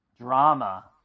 drama